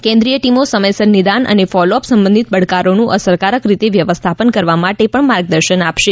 કેન્દ્રિય ટીમો સમયસર નિદાન અને ફોલોઅપ સંબંધિત પડકારોનું અસરકારક રીતે વ્યવ્થાપન કરવા માટે પણ માર્ગદર્શન આપશે